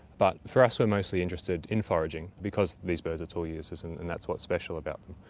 but for us we're mostly interested in foraging because these birds are tool users and and that's what's special about them.